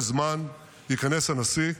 יש זמן, ייכנס הנשיא.